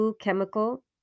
Chemical